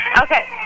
Okay